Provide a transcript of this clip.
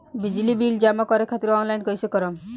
बिजली बिल जमा करे खातिर आनलाइन कइसे करम?